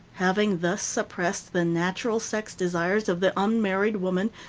having thus suppressed the natural sex desires of the unmarried woman,